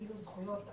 זכויות הפרט.